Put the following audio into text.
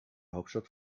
hauptstadt